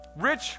Rich